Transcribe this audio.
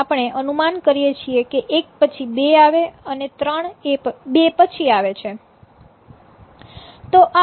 આપણે અનુમાન કરીએ છીએ કે એક પછી બે આવે અને ત્રણ એ બે પછી આવે છે